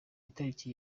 itariki